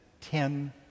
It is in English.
ten